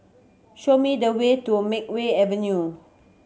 show me the way to Makeway Avenue